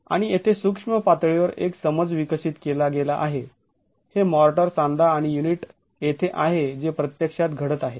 आणि येथे सूक्ष्म पातळीवर एक समज विकसित केला गेला आहे हे मॉर्टर सांधा आणि युनिट येथे आहे जे प्रत्यक्षात घडत आहे